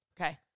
Okay